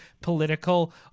political